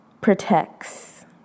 protects